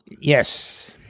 Yes